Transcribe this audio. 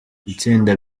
itsinda